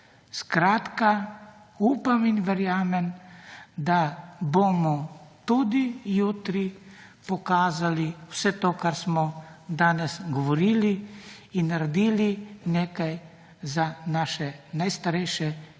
Skratka, upam in verjamem, da bomo tudi jutri pokazali vse to, kar smo danes govorili in naredili nekaj za naše najstarejše, ki